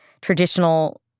traditional